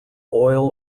oil